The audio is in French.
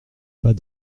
pas